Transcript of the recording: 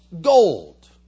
gold